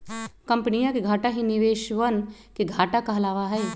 कम्पनीया के घाटा ही निवेशवन के घाटा कहलावा हई